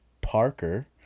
Parker